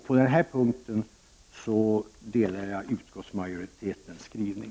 På den punkten instämmer jag i utskottsmajoritetens skrivning.